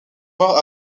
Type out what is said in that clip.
morts